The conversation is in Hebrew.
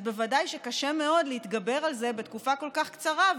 אז בוודאי שקשה מאוד להתגבר על כך בתקופה כל כך קצרה,